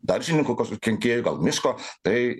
daržininkų kenkėjai gal miško tai